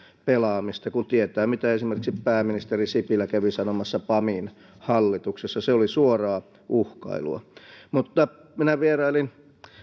pelaamista kun tietää mitä esimerkiksi pääministeri sipilä kävi sanomassa pamin hallituksessa se oli suoraa uhkailua minä vierailin